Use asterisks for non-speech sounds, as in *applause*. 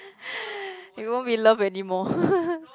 *breath* it won't be love anymore *laughs*